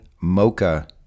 mocha